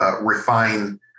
refine